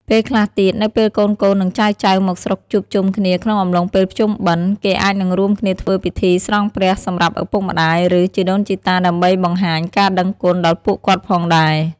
ពេលខ្លះទៀត នៅពេលកូនៗនិងចៅៗមកស្រុកជួបជុំគ្នាក្នុងអំឡុងពេលភ្ជុំបិណ្ឌ គេអាចនឹងរួមគ្នាធ្វើពិធីស្រង់ព្រះសម្រាប់ឪពុកម្ដាយ ឬ ជីដូនជីតាដើម្បីនបង្ហាញការដឹងគុណដល់ពួកគាត់ផងដែរ។